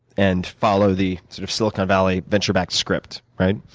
and follow the sort of silicon valley venture-back script. right?